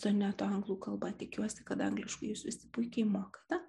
soneto anglų kalba tikiuosi kad angliškai jūs visi puikiai mokate